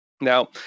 Now